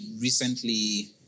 recently